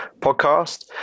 podcast